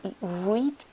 read